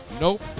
Nope